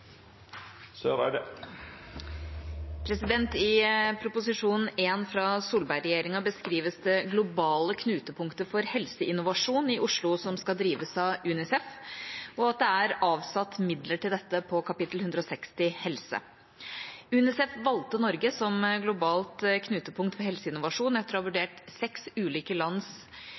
beskrives det globale knutepunktet for helseinnovasjon i Oslo som skal drives av UNICEF, og at det er avsatt midler til dette på kap. 160 Helse. UNICEF valgte Norge som globalt knutepunkt for helseinnovasjon etter å ha vurdert seks ulike lands